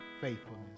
faithfulness